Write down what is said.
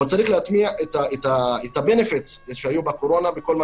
אבל צריך להטמיע את ה-benefits שהיו בקורונה בכל מה